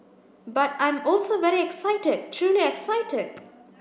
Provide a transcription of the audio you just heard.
but I'm also very excited truly excited